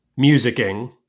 musicking